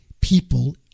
people